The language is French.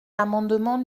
l’amendement